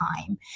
time